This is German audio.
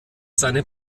seine